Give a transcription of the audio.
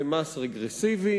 זה מס רגרסיבי,